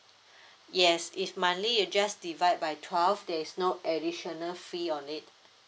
yes it's monthly you just divide by twelve there's no additional fee on it